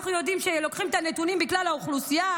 אנחנו יודעים שלוקחים את הנתונים מכלל האוכלוסייה,